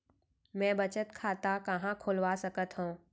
मै बचत खाता कहाँ खोलवा सकत हव?